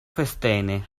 festene